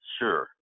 Sure